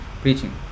preaching